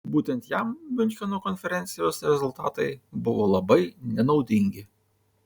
būtent jam miuncheno konferencijos rezultatai buvo labai nenaudingi